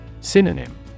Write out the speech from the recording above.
Synonym